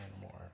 more